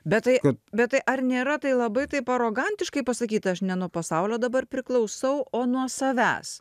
bet tai bet tai ar nėra tai labai taip arogantiškai pasakyt aš ne nuo pasaulio dabar priklausau o nuo savęs